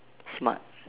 smart